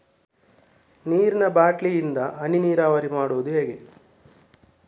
ನೀರಿನಾ ಬಾಟ್ಲಿ ಇಂದ ಹನಿ ನೀರಾವರಿ ಮಾಡುದು ಹೇಗೆ?